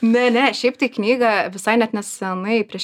ne ne šiaip tai knygą visai net nesenai prieš